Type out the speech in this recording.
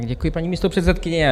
Děkuji, paní místopředsedkyně.